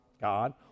God